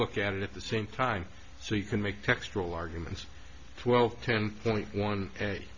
look at it at the same time so you can make textural arguments twelve ten point one